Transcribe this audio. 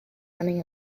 running